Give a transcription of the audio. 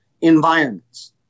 environments